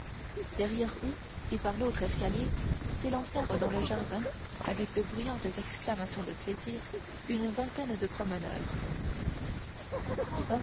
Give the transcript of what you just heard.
derrière eux et par l'autre escalier s'élancèrent dans le jardin avec de bruyantes exclamations de plaisir une vingtaine de promeneurs